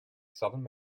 southern